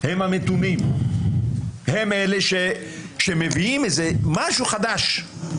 הם המתונים, הם אלה שמביאים איזה משהו חדש.